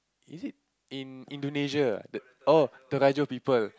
is it in Indonesia the oh the people